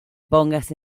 pongas